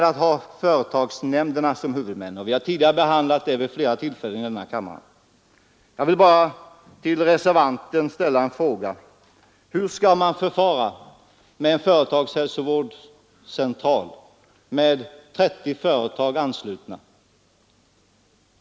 Att ha företagsnämnderna såsom huvudmän medför en rad problem. Vi har tidigare vid flera tillfällen behandlat detta i denna kammare. Jag vill bara till talesmannen för reservanterna ställa en fråga: Hur skall man förfara med en företagshälsovårdscentral med 30 företag anslutna?